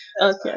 Okay